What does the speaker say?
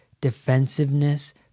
defensiveness